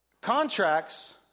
Contracts